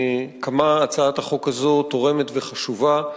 כמה הצעת החוק הזאת תורמת וחשובה.